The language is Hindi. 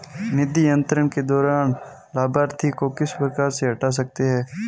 निधि अंतरण के दौरान लाभार्थी को किस प्रकार से हटा सकते हैं?